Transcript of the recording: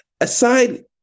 aside